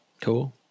Cool